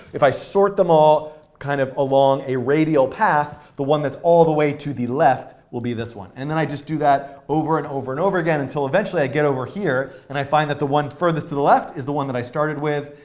if i sort them all kind of along a radial path, the one that's all the way to the left will be this one. and then i just do that over and over and over again, until eventually i get over here. and i find that the one furthest to the left is the one that i started with.